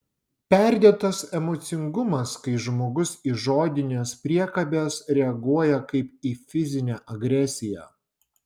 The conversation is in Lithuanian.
perdėtas emocingumas kai žmogus į žodines priekabes reaguoja kaip į fizinę agresiją